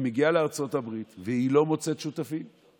היא מגיעה לארצות הברית והיא לא מוצאת שותפים,